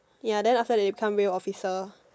ya then after that they become real officer